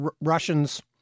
Russians